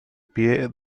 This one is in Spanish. pie